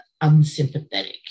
unsympathetic